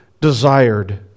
desired